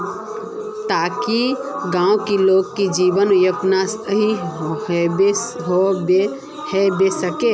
ताकि गाँव की लोग के जीवन यापन सही होबे सके?